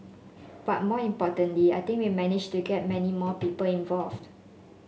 but more importantly I think we've managed to get many more people involved